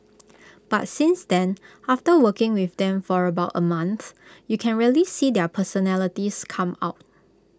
but since then after working with them for about A month you can really see their personalities come out